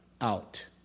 out